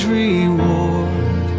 reward